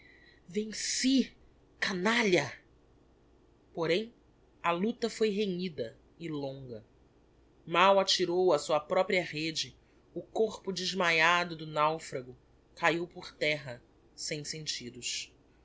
na lha porém a lucta foi renhida e longa mal atirou á sua propria rêde o corpo desmaiado do naufrago caiu por terra sem sentidos